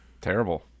Terrible